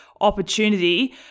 opportunity